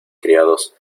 criados